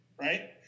right